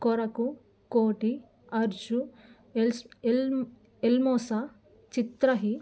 కొరకు కోటి అష్యు ఎల్స్ ఎల్ ఎల్మోస చిత్రహి